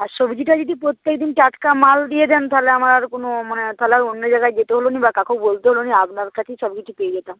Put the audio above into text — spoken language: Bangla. আর সবজিটা যদি প্রত্যেকদিন টাটকা মাল দিয়ে দেন তাহলে আমার আর কোনো মানে তাহলে আর অন্য জায়গায় যেতে হলো না বা কাউকে বলতে হল না আপনার কাছেই সব কিছু পেয়ে যেতাম